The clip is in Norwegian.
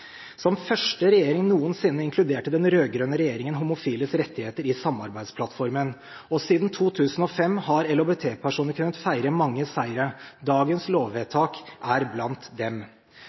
Som første regjering noensinne, inkluderte den rød-grønne regjeringen homofiles rettigheter i samarbeidsplattformen. Siden 2005 har LHBT-personer kunnet feire mange seire. Dagens lovvedtak er blant dem.